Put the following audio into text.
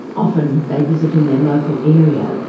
often they visit in their local area,